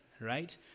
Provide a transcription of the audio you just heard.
Right